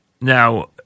now